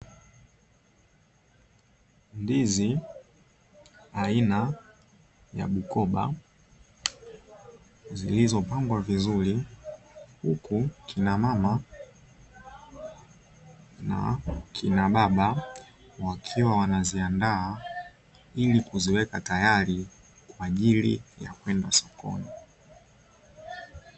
Ndizi aina ya bukoba, zilizopangwa vizuri, huku kina mama na kina baba, wakiwa wanaziandaa ili kuziweka tayari, kwa ajili ya kwenda sokoni.